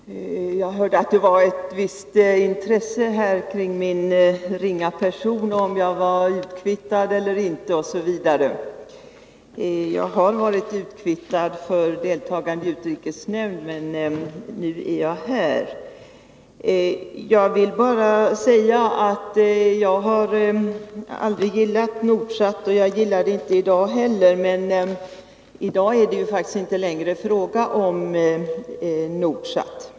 Fru talman! Jag hörde att man hade visat ett visst intresse för min ringa person och undrat om jag var utkvittad. Jag har varit utkvittad för deltagande i utrikesnämnden, men nu är jag här. Jag vill bara säga att jag aldrig har gillat Nordsat — och det gör jag inte i dag heller. Men i dag är det faktiskt inte längre fråga om Nordsat.